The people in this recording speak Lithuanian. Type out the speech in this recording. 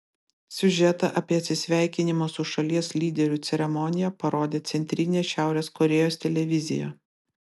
siužetą apie atsisveikinimo su šalies lyderiu ceremoniją parodė centrinė šiaurės korėjos televizija